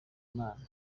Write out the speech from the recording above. imana